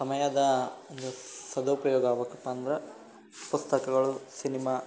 ಸಮಯದ ಒಂದು ಸದುಪಯೋಗ ಆಗ್ಬೇಕಪ್ಪ ಅಂದ್ರೆ ಪುಸ್ತಕಗಳು ಸಿನಿಮಾ